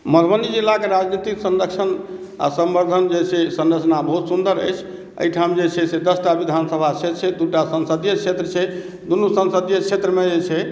मधुबनी जिलाके राजनैतिक संरक्षण आओर सम्वर्धन जे छै से संरचना बहुत सुन्दर अछि एहिठाम जे छै से दस टा विधानसभा क्षेत्र छै दूटा संसदीय क्षेत्र छै दूनू संसदीय क्षेत्रमे जे छै